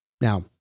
Now